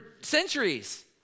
centuries